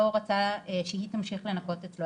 לא רצה שהיא תמשיך לנקות אצלו,